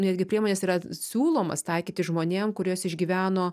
netgi priemonės yra siūlomos taikyti žmonėm kuriuos išgyveno